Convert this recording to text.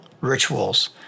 rituals